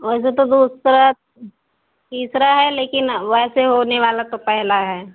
वैसे तो बहुत सारा तीसरा है लेकिन वैसे होने वाला तो पहला है